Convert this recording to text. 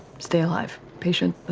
stay alive. patient,